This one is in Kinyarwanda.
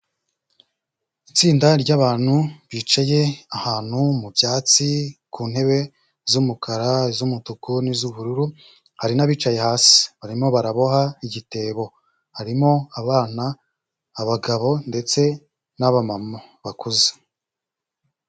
Itsinda ry'abantu bicaye ahantu mu byatsi ku ntebe z'umukara, iz'umutuku n'iz'ubururu. Hari n'abicaye hasi barimo baraboha igitebo harimo abana, abagabo ndetse n'abamama bakuze.